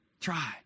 Try